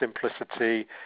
simplicity